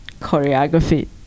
choreography